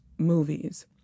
movies